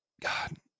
God